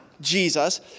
Jesus